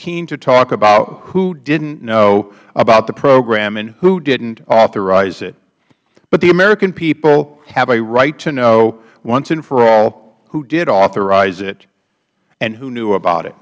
keen to talk about who didn't know about the program and who didn't authorize it but the american people have a right to know once and for all who did authorize it and who knew about it